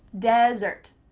desert.